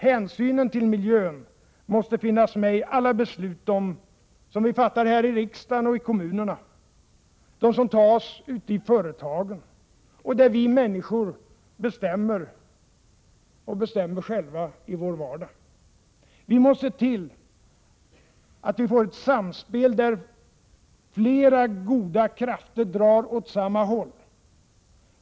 Hänsynen till miljön måste finnas med i alla beslut; de vi fattar här i riksdagen och i kommunerna, de som tas ute i företagen och det vi människor bestämmer själva i vår vardag. Vi måste få till stånd ett samspel där flera goda krafter drar åt samma håll.